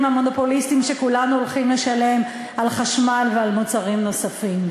המונופוליסטיים שכולנו הולכים לשלם על חשמל ועל מוצרים נוספים.